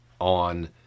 on